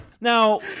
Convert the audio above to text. Now